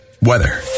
weather